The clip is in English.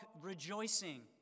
rejoicing